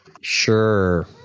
Sure